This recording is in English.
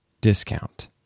discount